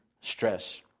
stress